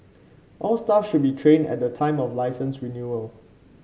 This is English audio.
all staff should be trained at the time of licence renewal